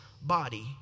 body